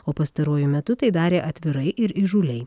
o pastaruoju metu tai darė atvirai ir įžūliai